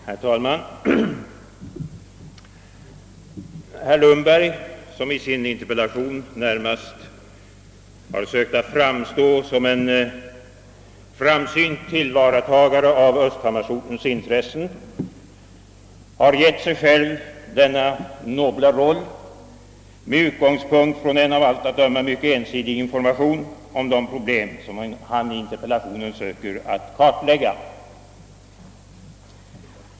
Herr talman! Herr Lundberg, som i sin interpellation närmast har sökt framstå som en framsynt tillvaratagare av östhammarsortens intressen, han har givit sig själv denna nobla roll med utgångspunkt från en av allt att döma mycket ensidig information om de problem som han i interpellationen söker kartlägga.